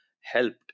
helped